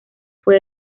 fue